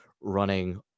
running